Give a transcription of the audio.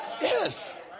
Yes